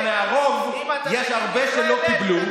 אבל מהרוב יש הרבה שלא קיבלו.